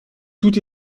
tout